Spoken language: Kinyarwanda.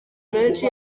menshi